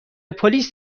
پلیس